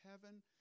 heaven